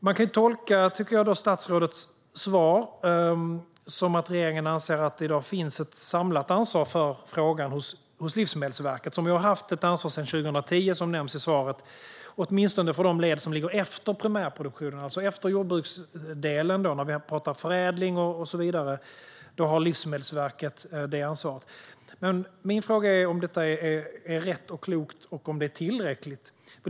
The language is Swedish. Man kan tolka statsrådets svar, tycker jag, som att regeringen anser att det i dag finns ett samlat ansvar för frågan hos Livsmedelsverket, som, vilket nämns i svaret, sedan 2010 har haft ett ansvar åtminstone för de led som ligger efter primärproduktionen, alltså förädlingen efter själva jordbruksdelen. Min fråga är om detta är rätt, klokt och tillräckligt.